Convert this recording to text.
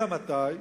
אלא מתי?